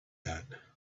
that